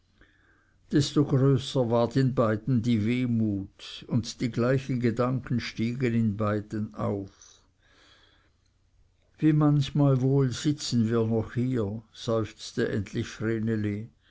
desto größer ward in beiden die wehmut und die gleichen gedanken stiegen in beiden auf wie manchmal wohl sitzen wir noch hier seufzte endlich